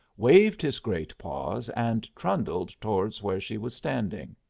waved his great paws and trundled towards where she was standing.